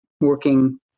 working